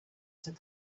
said